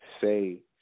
say